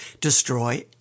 destroy